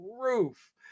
roof